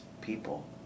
people